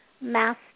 master